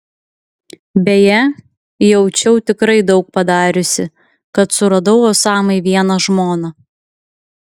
beje jaučiau tikrai daug padariusi kad suradau osamai vieną žmoną